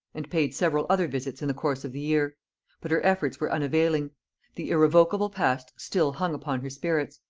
and paid several other visits in the course of the year but her efforts were unavailing the irrevocable past still hung upon her spirits.